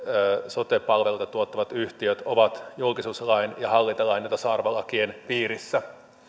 sote palveluita tuottavat yhtiöt ovat julkisuuslain ja hallintolain ja tasa arvolakien piirissä